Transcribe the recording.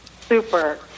Super